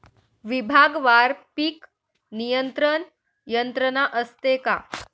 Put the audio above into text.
विभागवार पीक नियंत्रण यंत्रणा असते का?